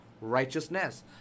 righteousness